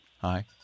hi